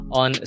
on